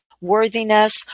worthiness